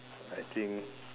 I think